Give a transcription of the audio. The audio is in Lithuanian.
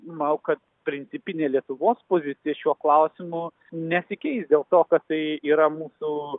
manau kad principinė lietuvos pozicija šiuo klausimu nesikeis dėl to kad tai yra mūsų